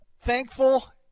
thankful